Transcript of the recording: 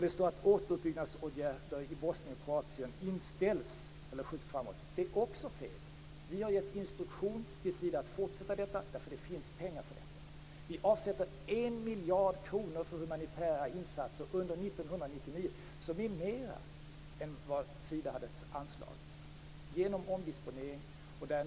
Det står att återuppbyggnadsåtgärder i Bosnien och Kroatien inställs eller skjuts framåt. Det är också fel. Vi har gett instruktion till Sida om att fortsätta detta, därför att det finns pengar för detta. Vi avsätter 1 miljard kronor för humanitära insatser under 1999, vilket är mera än vad som hade anslagits för Sida, genom omdisponering.